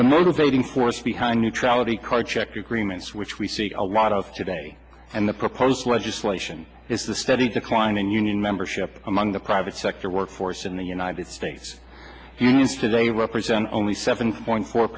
motivating force behind neutrality card check agreements which we see a lot of today and the proposed legislation is the steady decline in union membership among the private sector workforce in the united states the unions today represent only seven point four